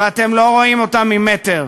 ואתם לא רואים אותם ממטר.